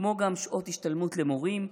כמו גם שעות השתלמות למורים,